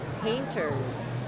painters